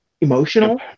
emotional